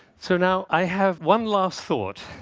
so now, i have one last thought,